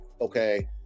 okay